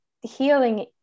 healing